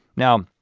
now,